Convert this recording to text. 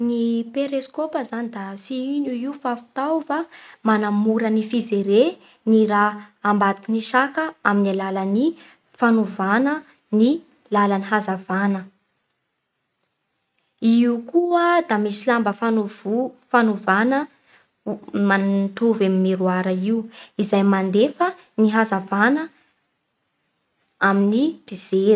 Ny periskôpa zany da tsy ino i io fa fitaova manamora ny fijere ny raha ambadiky ny saka amin'ny alalan'ny fanovana ny lalan'ny hazavana. I io koa da misy lamba fanovo- fanovana man- mitovy amin'ny miroir io izay mandefa ny hazavana amin'ny mpijery.